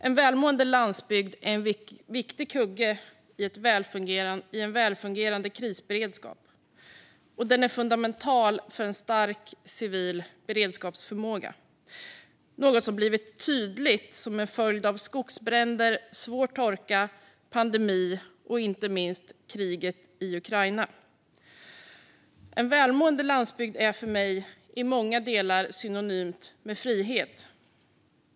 En välmående landsbygd är en viktig kugge i en välfungerande krisberedskap, och den är fundamental för en stark civil beredskapsförmåga, något som blivit tydligt som en följd av skogsbränder, svår torka, pandemi och inte minst kriget i Ukraina. En välmående landsbygd är för mig i många delar synonymt med frihet.